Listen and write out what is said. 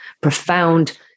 profound